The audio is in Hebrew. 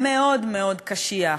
מאוד מאוד קשיח,